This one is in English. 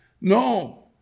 No